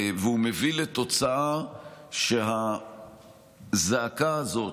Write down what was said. והוא מביא לתוצאה שהזעקה הזאת,